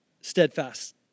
steadfast